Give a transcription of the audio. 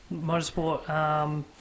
motorsport